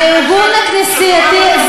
הארגון הכנסייתי ההולנדי,